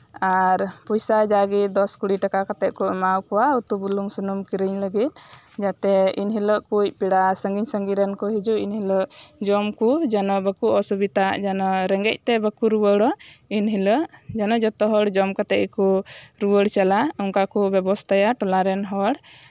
ᱟᱨ ᱯᱚᱭᱥᱟ ᱡᱟᱜᱮ ᱫᱚᱥ ᱠᱩᱲᱤ ᱴᱟᱠᱟ ᱠᱟᱛᱮᱜ ᱠᱚ ᱮᱢᱟ ᱠᱚᱣᱟ ᱩᱛᱩ ᱵᱩᱞᱩᱝ ᱥᱩᱱᱩᱢ ᱠᱤᱨᱤᱧ ᱞᱟᱹᱜᱤᱫ ᱯᱮᱲᱟ ᱥᱟᱺᱜᱤᱧ ᱥᱟᱺᱜᱤᱧ ᱠᱚ ᱦᱤᱡᱩᱜ ᱮᱱ ᱦᱤᱞᱳᱜ ᱡᱚᱢ ᱠᱚ ᱡᱮᱱᱚ ᱵᱟᱠᱚ ᱚᱥᱩᱵᱤᱫᱷᱟᱜ ᱨᱮᱸᱜᱮᱡ ᱛᱮ ᱵᱟᱠᱚ ᱨᱩᱣᱟᱹᱲᱚᱜ ᱡᱚᱛᱚ ᱦᱚᱲ ᱡᱚᱢ ᱠᱟᱛᱮᱜ ᱜᱮᱠᱚ ᱨᱩᱣᱟᱹᱲ ᱪᱟᱞᱟᱜ ᱠᱚ ᱵᱮᱵᱚᱥᱛᱷᱟᱭᱟ ᱴᱚᱞᱟᱨᱮᱱ ᱦᱚᱲ